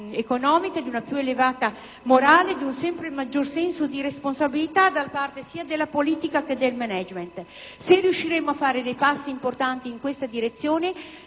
economica, di una più elevata morale, di un sempre maggiore senso di responsabilità da parte sia della politica che del*management*. Se riusciremo a fare dei passi importanti in questa direzione